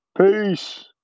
Peace